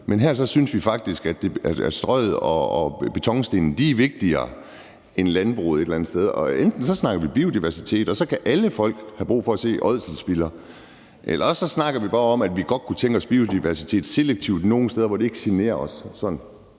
den. Men her synes man faktisk, at Strøget og betonstenene er vigtigere end et landbrug et eller andet sted. Enten snakker vi biodiversitet, og så kan alle folk have brug for at se ådselbiller, eller også snakker vi bare om, at vi godt kunne tænke os biodiversitet selektivt nogle steder, hvor det ikke generer